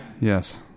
Yes